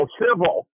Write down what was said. civil